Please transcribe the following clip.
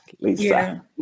lisa